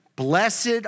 Blessed